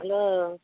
hello